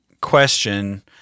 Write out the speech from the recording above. question